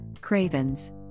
cravens